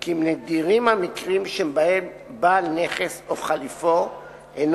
כי נדירים המקרים שבהם בעל נכס או חליפו אינו